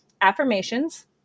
affirmations